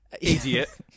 Idiot